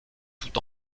tout